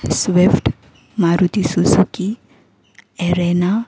Swift Maruti Suzuki arena